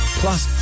plus